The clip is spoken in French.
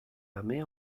armée